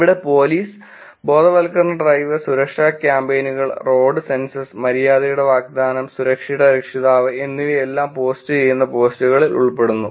ഇവിടെ പോലീസ് ബോധവൽക്കരണ ഡ്രൈവ് സുരക്ഷാ കാമ്പെയ്നുകൾ റോഡ് സെൻസെസ് മര്യാദയുടെ വാഗ്ദാനം സുരക്ഷയുടെ രക്ഷിതാവ് എന്നിവയെല്ലാം പോലീസ് ചെയ്യുന്ന പോസ്റ്റുകളിൽ ഉൾ പ്പെടുന്നു